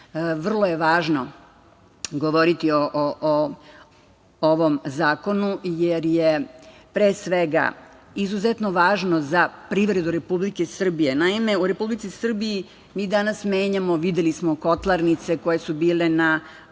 je važno govoriti o ovom zakonu, jer je pre svega izuzetno važno za privredu Republike Srbije. Naime, u Republici Srbiji mi danas menjamo, videli smo kotlarnice koje su bile na